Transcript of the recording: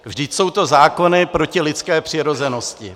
Vždyť jsou to zákony proti lidské přirozenosti.